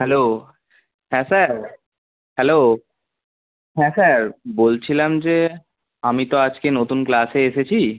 hello হ্যাঁ sir hello হ্যাঁ sir বলছিলাম যে আমি তো আজকে নতুন ক্লাসে এসেছি